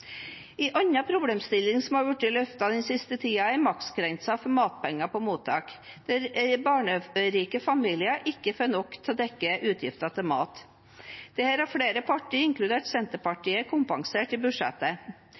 blitt løftet den siste tiden, er maksgrensen for matpenger på mottak, hvor barnerike familier ikke får nok til å dekke utgifter til mat. Dette har flere partier, inkludert Senterpartiet, kompensert for i budsjettet.